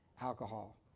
alcohol